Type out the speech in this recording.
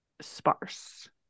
sparse